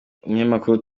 umunyamakuru